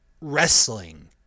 wrestling